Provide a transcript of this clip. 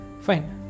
fine